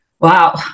Wow